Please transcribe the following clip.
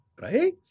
Right